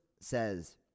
says